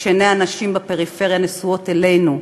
שעיני האנשים בפריפריה נשואות אלינו,